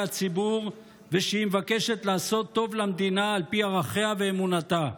הציבור ושהיא מבקשת לעשות טוב למדינה על פי ערכיה ואמונתה.